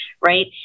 right